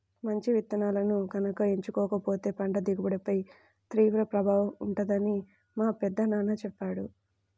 మంచి విత్తనాలను గనక ఎంచుకోకపోతే పంట దిగుబడిపై తీవ్ర ప్రభావం ఉంటుందని మా పెదనాన్న చెప్పాడు